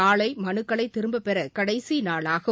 நாளை மனுக்களை திரும்பப்பெற கடைசிநாளாகும்